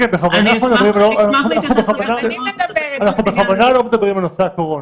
אני אשמח להתייחס --- אנחנו בכוונה לא מדברים על נושא הקורונה.